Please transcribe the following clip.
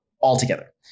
altogether